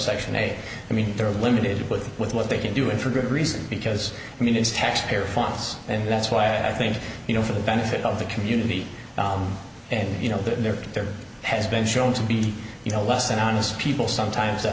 subsection a i mean they're limited both with what they can do and for good reason because i mean it's taxpayer funds and that's why i think you know for the benefit of the community and you know that there there has been shown to be you know less than honest people sometimes that